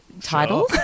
title